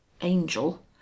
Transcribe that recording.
angel